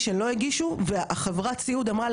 יש לך פה מעסיק אתה יכול לעבוד אצלו חודשיים שלושה,